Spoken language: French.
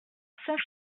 saint